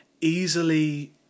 easily